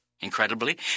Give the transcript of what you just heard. Incredibly